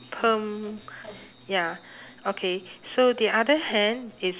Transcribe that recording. perm ya okay so the other hand is